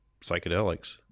psychedelics